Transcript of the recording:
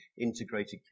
integrated